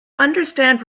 understand